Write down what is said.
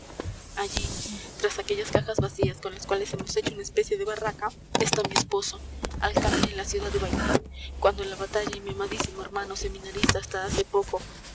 allí tras aquellas cajas vacías con las cuales hemos hecho una especie de barraca está mi esposo alcalde de la ciudad de bailén cuando la batalla y mi amadísimo hermano seminarista hasta hace poco